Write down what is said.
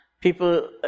people